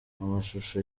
amashusho